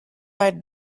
white